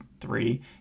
three